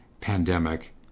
pandemic